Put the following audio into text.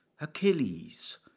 Achilles